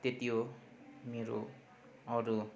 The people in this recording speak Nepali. त्यति हो मेरो अरू